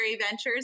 ventures